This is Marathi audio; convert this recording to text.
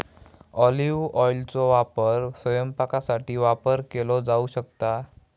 ऑलिव्ह ऑइलचो वापर स्वयंपाकासाठी वापर केलो जाऊ शकता